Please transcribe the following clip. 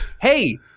hey